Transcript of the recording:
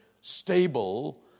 stable